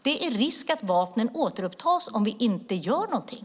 Det är risk för att man åter tar upp vapnen om vi inte gör någonting.